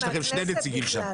יש לכם יש שני נציגים שם.